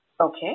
Okay